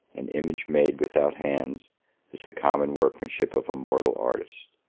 an image made without hands was the common workmanship of a mortal artist,